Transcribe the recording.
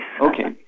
Okay